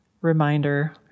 reminder